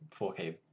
4K